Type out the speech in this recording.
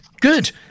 Good